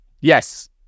Yes